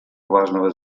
важного